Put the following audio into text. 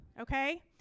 Okay